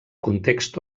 context